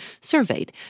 surveyed